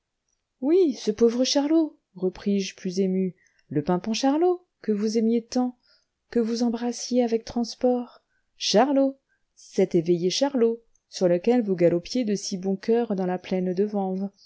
oui ce pauvre charlot repris-je plus ému le pimpant charlot que vous aimiez tant que vous embrassiez avec transport charlot cet éveillé charlot sur lequel vous galopiez de si bon coeur dans la plaine de vanves